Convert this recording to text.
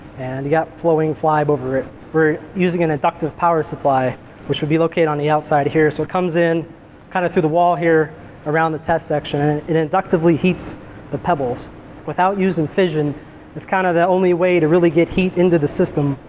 and you've got flowing flibe over it. we're using an inductive power supply which would be located on the outside here so it comes in kind of through the wall here around the test section and it inductively heats the pebbles without using fission it's kind of the only way to really get heat into the system.